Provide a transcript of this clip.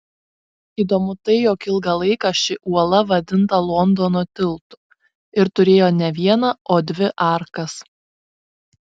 įdomu tai jog ilgą laiką ši uola vadinta londono tiltu ir turėjo ne vieną o dvi arkas